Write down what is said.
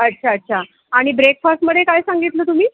अच्छा अच्छा आणि ब्रेकफास्टमध्ये काय सांगितलं तुम्ही